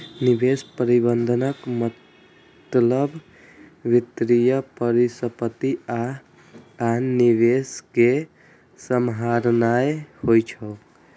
निवेश प्रबंधनक मतलब वित्तीय परिसंपत्ति आ आन निवेश कें सम्हारनाय होइ छै